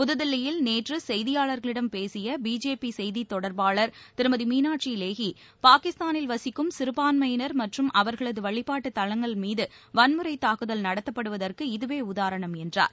புதுதில்லியில் நேற்று செய்தியாளர்களிடம் பேசிய பிஜேபி செய்தித் தொடர்பாளர் திருமதி மீனாட்சி லேஹி பாகிஸ்தானில் வசிக்கும் சிறுபான்மையினர் மற்றும் அவர்களது வழிபாட்டுத் தலங்கள் மீது வன்முறை தாக்குதல் நடத்தப்படுவதற்கு இதுவே உதாரணம் என்றார்